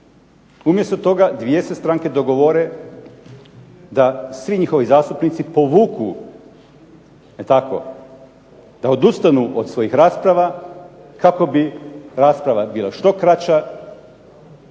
Umjesto toga 2 se stranke dogovore da svi njihovi zastupnici povuku, jel tako', da odustanu od svojih rasprava, kako bi rasprava bila što kraća.